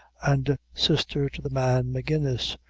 and sister to the man magennis,